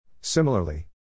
Similarly